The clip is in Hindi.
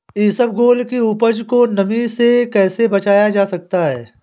इसबगोल की उपज को नमी से कैसे बचाया जा सकता है?